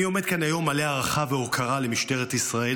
אני עומד כאן היום מלא הערכה והוקרה למשטרת ישראל,